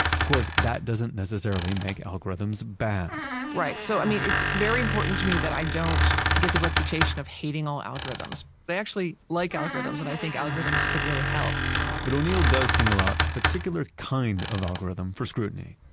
of course, that doesn't necessarily make algorithms bad right. so i mean, it's very important to me that i don't get the reputation of hating all algorithms. but i actually like algorithms and i think algorithms could really help but o'neil does single out a particular kind of algorithm for scrutiny.